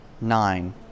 nine